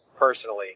Personally